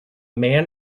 man